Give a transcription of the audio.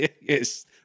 Yes